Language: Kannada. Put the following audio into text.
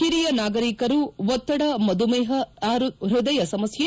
ಹಿರಿಯ ನಾಗರಿಕರು ಒತ್ತಡ ಮಧುಮೇಹ ಪೃದಯ ಸಮಸ್ಟೆ